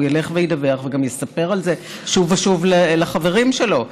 הוא ילך וידווח וגם יספר על זה שוב ושוב לחברים שלו,